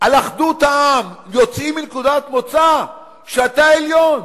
על אחדות העם יוצאים מנקודת מוצא שאתה עליון.